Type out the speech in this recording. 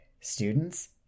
students